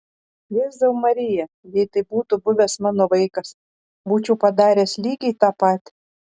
jėzau marija jei tai būtų buvęs mano vaikas būčiau padaręs lygiai tą patį